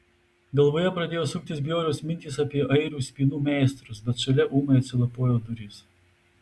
galvoje pradėjo suktis bjaurios mintys apie airių spynų meistrus bet šalia ūmai atsilapojo durys